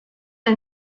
der